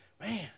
man